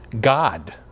God